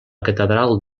catedral